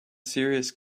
serious